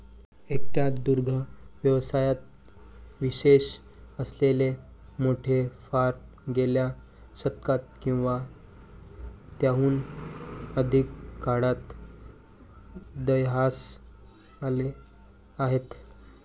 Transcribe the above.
एकट्या दुग्ध व्यवसायात विशेष असलेले मोठे फार्म गेल्या शतकात किंवा त्याहून अधिक काळात उदयास आले आहेत